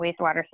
wastewater